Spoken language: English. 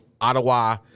Ottawa